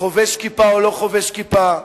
חובש כיפה או לא חובש כיפה,